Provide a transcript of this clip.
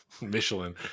Michelin